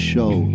Show